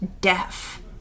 deaf